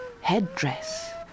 headdress